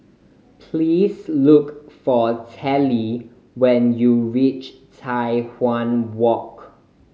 please look for Telly when you reach Tai Hwan Walk